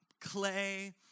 clay